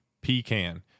pecan